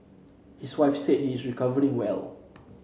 his wife said he is recovering well